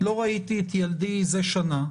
לא ראיתי את ילדי מזה שנה.